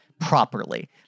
properly